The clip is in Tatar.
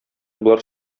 болар